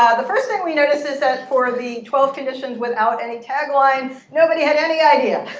ah the first thing we noticed is that for the twelve traditions without any tag lines, nobody had any idea.